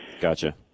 Gotcha